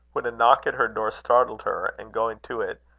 when a knock at her door startled her, and going to it,